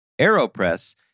Aeropress